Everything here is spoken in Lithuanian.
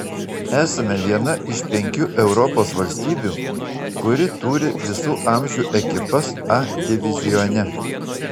esame viena iš penkių europos valstybių kuri turi visų amžių ekipas a divizione